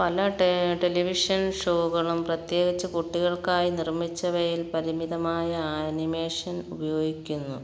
പല ടെലിവിഷൻ ഷോകളും പ്രത്യേകിച്ച് കുട്ടികൾക്കായി നിർമ്മിച്ചവയിൽ പരിമിതമായ ആനിമേഷൻ ഉപയോഗിക്കുന്നു